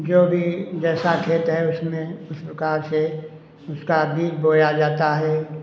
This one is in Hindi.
जो भी जैसा खेत है उसमें उस प्रकार से उसका बीज बोया जाता है